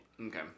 okay